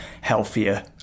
healthier